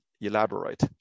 elaborate